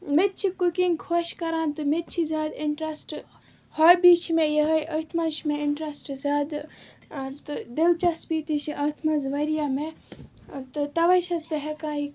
مےٚ تہِ چھِ کُکِنٛگ خۄش کَران تہٕ مےٚ تہِ چھِ زیادٕ اِنٹرٛسٹ ہابی چھِ مےٚ یِہَے أتھۍ منٛز چھِ مےٚ اِنٹرٛسٹ زیادٕ تہٕ دِلچَسپی تہِ چھِ اَتھ منٛز واریاہ مےٚ تہٕ تَوَے چھَس بہٕ ہٮ۪کان یہِ